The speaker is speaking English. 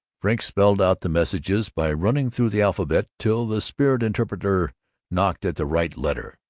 frink spelled out the messages by running through the alphabet till the spirit interpreter knocked at the right letter.